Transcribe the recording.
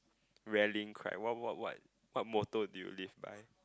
rarely crab what what what motto do you live by